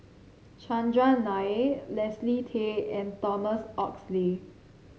Chandran Nair Leslie Tay and Thomas Oxley